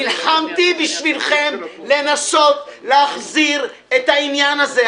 נלחמתי בשבילכם לנסות להחזיר את העניין הזה?